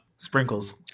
Sprinkles